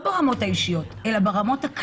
אנחנו לא רואים סיבה למנוע מזנים להיות בשוק